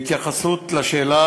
2. בהתייחסות לשאלה,